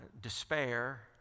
despair